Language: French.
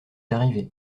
arrivé